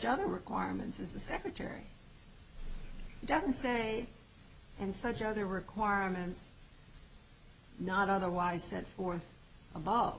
other requirements as the secretary doesn't say and such other requirements not otherwise set forth